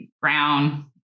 Brown